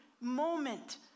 moment